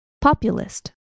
Populist